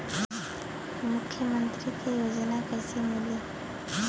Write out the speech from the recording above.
मुख्यमंत्री के योजना कइसे मिली?